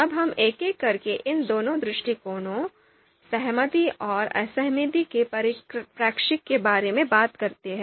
अब हम एक एक करके इन दोनों दृष्टिकोणों सहमति और असहमति के परिप्रेक्ष्य के बारे में बात करते हैं